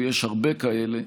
ויש הרבה כאלה,